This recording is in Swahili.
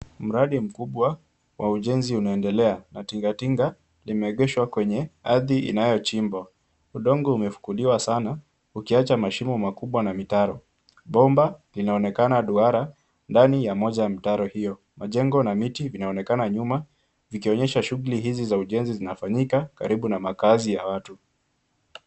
Mradi mkubwa wa ujenzi unaendelea na tinga tinga imeegeshwa kwenye ardhi inayochimbwa. Udongo umefukuliwa sana ukiacha mashimo makubwa na mitaro. Bomba inaonekana duara ndani ya moja mtaro hiyo. Majengo na miti inaonekana nyuma, ikionyesha shughuli hizi za ujenzi zinafanyika karibu na makazi ya watu.